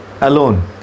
alone